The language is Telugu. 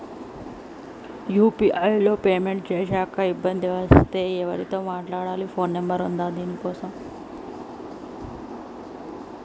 యూ.పీ.ఐ లో పేమెంట్ చేశాక ఇబ్బంది వస్తే ఎవరితో మాట్లాడాలి? ఫోన్ నంబర్ ఉందా దీనికోసం?